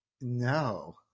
No